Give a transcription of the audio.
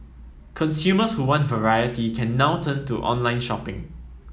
consumers who want variety can now turn to online shopping